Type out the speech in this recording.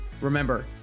Remember